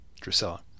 Drusilla